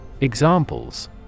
Examples